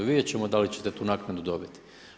Vidjet ćemo da li ćete tu naknadu dobiti.